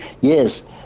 yes